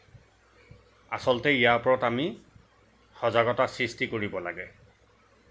আচলতে ইয়াৰ ওপৰত আমি সজাগতা সৃষ্টি কৰিব লাগে